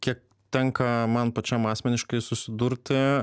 kiek tenka man pačiam asmeniškai susidurti